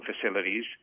facilities